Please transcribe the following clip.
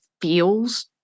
feels